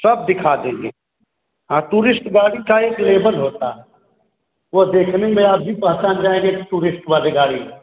सब दिखा देंगे हाँ टूरिस्ट गाड़ी का एक लेबल होता है वो देखने में आप भी पहचान जाएँगे कि टूरिस्ट वाली गाड़ी है